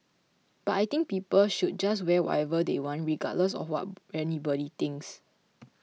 but I think people should just wear whatever they want regardless of what anybody thinks